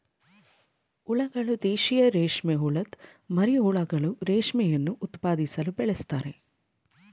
ಹುಳಗಳು ದೇಶೀಯ ರೇಷ್ಮೆಹುಳದ್ ಮರಿಹುಳುಗಳು ರೇಷ್ಮೆಯನ್ನು ಉತ್ಪಾದಿಸಲು ಬೆಳೆಸ್ತಾರೆ